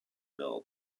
bell